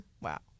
Wow